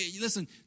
Listen